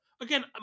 again